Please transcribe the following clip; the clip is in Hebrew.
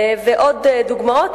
ועוד דוגמאות.